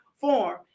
form